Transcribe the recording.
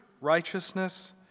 righteousness